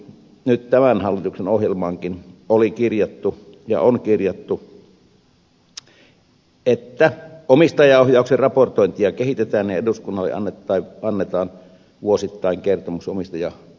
tämän hallituksen ohjelmaankin oli kirjattu ja on kirjattu että omistajaohjauksen raportointia kehitetään ja eduskunnalle annetaan vuosittain kertomus omistajaohjauksesta